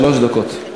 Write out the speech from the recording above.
שלוש דקות.